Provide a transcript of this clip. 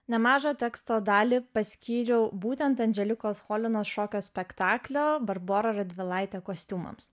nemažą teksto dalį paskyriau būtent andželikos cholinos šokio spektaklio barbora radvilaitė kostiumams